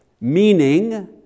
meaning